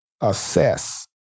assess